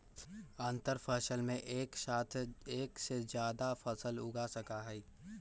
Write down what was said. अंतरफसल में एक साथ एक से जादा फसल उगा सका हई